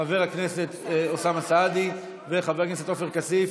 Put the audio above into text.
חבר הכנסת אוסאמה סעדי וחבר הכנסת עופר כסיף,